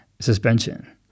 suspension